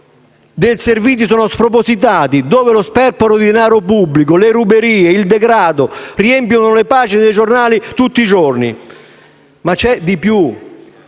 per abitante è spropositato e lo sperpero di denaro pubblico, le ruberie e il degrado riempiono le pagine dei giornali tutti i giorni? C'è di più,